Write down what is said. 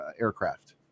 aircraft